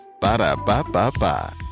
Ba-da-ba-ba-ba